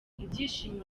ibyishimo